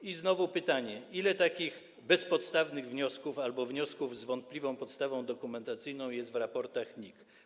Znowu trzeba zadać pytanie: Ile takich bezpodstawnych wniosków albo wniosków z wątpliwą podstawą dokumentacyjną jest w raportach NIK?